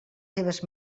seues